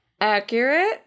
Accurate